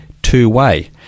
two-way